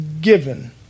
given